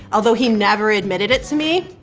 although he never admitted it to me.